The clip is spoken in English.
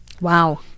Wow